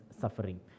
suffering